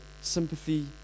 sympathy